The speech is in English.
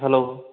hello